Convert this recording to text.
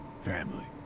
family